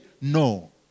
No